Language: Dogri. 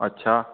अच्छा